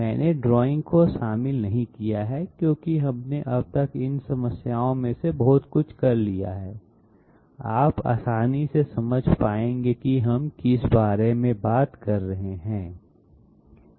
मैंने ड्राइंग को शामिल नहीं किया है क्योंकि हमने अब तक इन समस्याओं में से बहुत कुछ किया है आप आसानी से समझ पाएंगे कि हम किस बारे में बात कर रहे हैं